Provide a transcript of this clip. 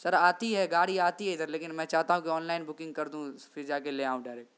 سر آتی ہے گاڑی آتی ہے ادھر لیکن میں چاہتا ہوں کہ آن لائن بکنگ کر دوں پھر جا کے لے آؤں ڈائریکٹ